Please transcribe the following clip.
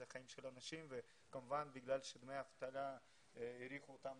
זה חיים של אנשים וכמובן בגלל שהאריכו את דמי האבטלה